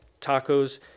tacos